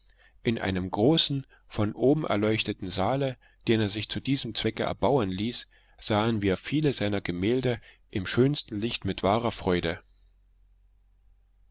in einem großen von oben erleuchteten saale den er sich zu diesem zwecke erbauen ließ sahen wir viele seiner gemälde im schönsten lichte mit wahrer freude